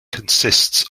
consists